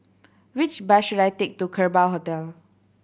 which bus should I take to Kerbau Hotel